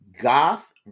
goth